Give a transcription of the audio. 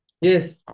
Yes